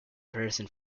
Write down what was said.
person